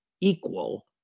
Equal